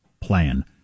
plan